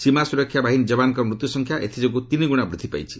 ସୀମା ସ୍ୱରକ୍ଷା ବାହିନୀ ଯବାନଙ୍କ ମୃତ୍ୟୁସଂଖ୍ୟା ଏଥିଯୋଗୁଁ ତିନିଗୁଣା ବୃଦ୍ଧି ପାଇଛି